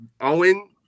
Owen